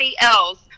else